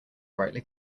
brightly